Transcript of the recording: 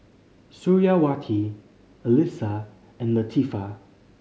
Suriawati Alyssa and Latifa